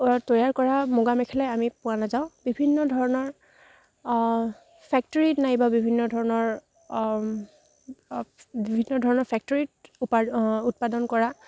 তৈয়াৰ কৰা মুগা মেখেলাই আমি পোৱা নাযাওঁ বিভিন্ন ধৰণৰ ফেক্টৰীত নাইবা বিভিন্ন ধৰণৰ বিভিন্ন ধৰণৰ ফেক্টৰীত উপাৰ উৎপাদন কৰা